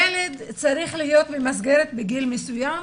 ילד צריך להיות במסגרת בגיל מסוים,